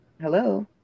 Hello